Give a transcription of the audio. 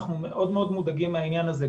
אנחנו מודאגים מאוד מהעניין הזה,